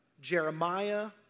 Jeremiah